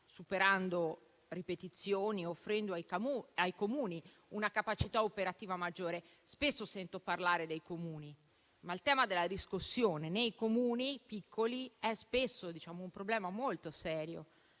superando ripetizioni e offrendo ai Comuni una capacità operativa maggiore. Spesso sento parlare dei Comuni, ma il tema della riscossione nei Comuni piccoli è spesso un problema molto serio,